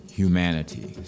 humanity